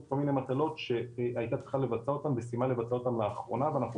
כל מיני מטלות שהיא הייתה צריכה לבצע אותן וסיימה לבצע אותן לאחרונה ואנחנו